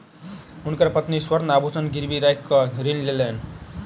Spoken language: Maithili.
हुनकर पत्नी स्वर्ण आभूषण गिरवी राइख कअ ऋण लेलैन